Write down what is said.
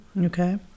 Okay